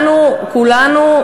די, די,